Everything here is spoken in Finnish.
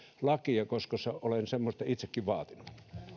lakia koska olen semmoista itsekin vaatinut